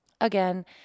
again